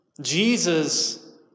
Jesus